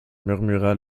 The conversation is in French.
murmura